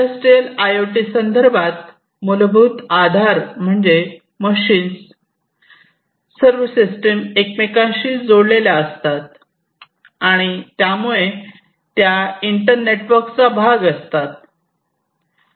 industrial I O T संदर्भात मूलभूत आधार म्हणजे मशीन्स सर्व सिस्टम एकमेकांशी जोडलेल्या असतात आणि त्यामुळे इंटर नेटवर्क चा भाग असतात